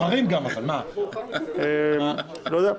זה מה שהציעו.